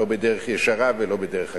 לא בדרך ישרה ולא בדרך עקיפה.